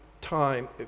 time